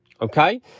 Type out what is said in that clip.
okay